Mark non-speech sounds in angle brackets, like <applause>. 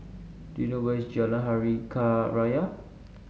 do you know where is Jalan Hari <unintelligible> Raya